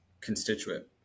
constituent